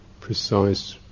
precise